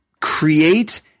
create